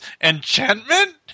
enchantment